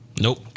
Nope